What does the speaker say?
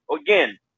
again